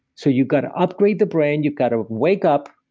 so, you've got to upgrade the brain, you've got to wake up,